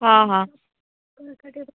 हा हा